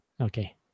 Okay